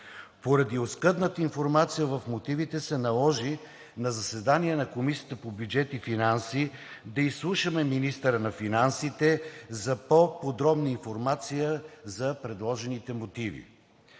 Поради оскъдната информация в мотивите се наложи на заседание на Комисията по бюджет и финанси да изслушаме министъра на финансите за по-подробна информация за предложените мотиви.